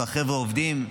והחבר'ה עובדים.